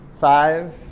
Five